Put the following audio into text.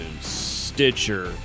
Stitcher